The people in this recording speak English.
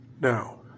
now